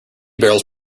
barrels